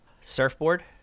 surfboard